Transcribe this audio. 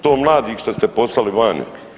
To mladih što ste poslali vani.